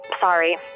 sorry